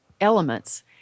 elements